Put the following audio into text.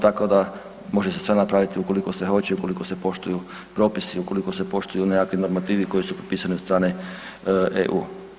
Tako da može se sve napraviti ukoliko se hoće i ukoliko se poštuju propisi, ukoliko se poštuju nekakvi normativi koji su propisani od strane EU.